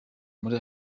muri